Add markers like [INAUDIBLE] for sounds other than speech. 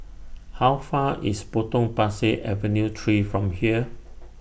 How Far away IS Potong Pasir Avenue three from here [NOISE]